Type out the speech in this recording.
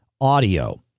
audio